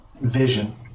vision